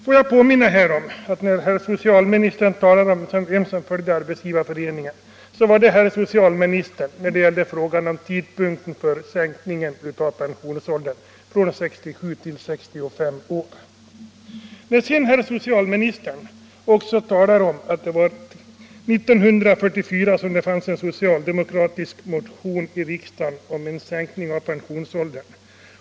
Låt mig påminna om att det var herr socialministern som följde Arbetsgivareföreningens linje när det gällde tidpunkten för en sänkning av pensionsåldern från 67 till 65 år. Herr socialministern talade om att det 1944 väcktes en socialdemokratisk motion i riksdagen om en sänkning av pensionsåldern.